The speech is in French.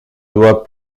doit